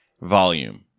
volume